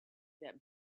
that